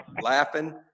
laughing